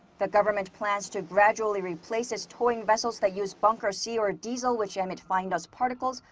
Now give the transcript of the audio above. the government plans to gradually replace its towing vessels that use bunker c or diesel, which emit fine dust particles,